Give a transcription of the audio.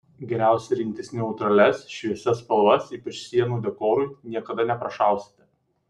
geriausia rinktis neutralias šviesias spalvas ypač sienų dekorui niekada neprašausite